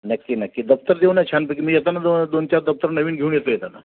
नक्की नक्की दप्तर देऊ ना छानपैकी मी येताना दोन दोन चार दप्तर नवीन घेऊन येतो येताना